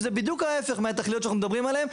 שזה בדיוק ההיפך מהתכליות שאנחנו מדברים עליהן.